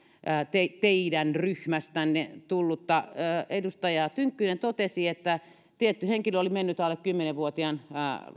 teidän teidän ryhmästänne tullutta edustaja tynkkynen totesi että tietty henkilö oli mennyt alle kymmenen vuotiaan